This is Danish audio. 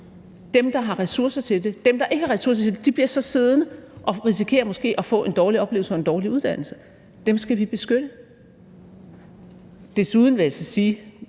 dem, der har ressourcer til det. Dem, der ikke har ressourcer til det, bliver siddende og risikerer måske at få en dårlig oplevelse og en dårlig uddannelse – dem skal vi beskytte. Desuden vil jeg sige ...